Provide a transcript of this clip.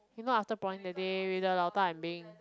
you know after prawning that day with the 老大 and ming